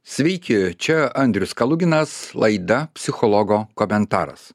sveiki čia andrius kaluginas laida psichologo komentaras